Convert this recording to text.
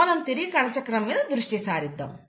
మనం తిరిగి కణచక్రం మీద దృష్టి సారిద్దాం